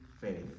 faith